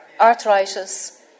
arthritis